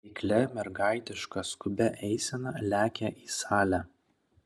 eiklia mergaitiška skubia eisena lekia į salę